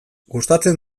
gustatzen